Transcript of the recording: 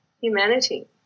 humanity